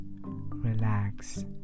relax